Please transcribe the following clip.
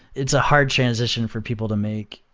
it's a hard transition for people to make.